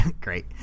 Great